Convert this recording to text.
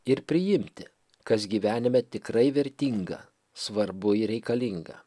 ir priimti kas gyvenime tikrai vertinga svarbu ir reikalinga